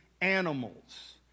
animals